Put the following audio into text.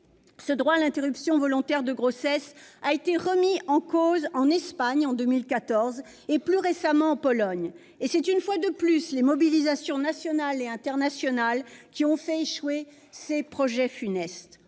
le droit à l'interruption volontaire de grossesse a été remis en cause en Espagne en 2014 et plus récemment en Pologne. C'est une fois de plus les mobilisations nationales et internationales qui ont fait échouer ces projets funestes.